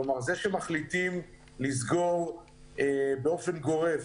זה שמחליטים לסגור באופן גורף,